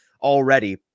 already